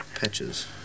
Patches